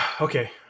Okay